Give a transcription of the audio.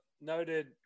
noted